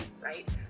right